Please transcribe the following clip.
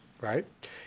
right